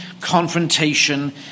confrontation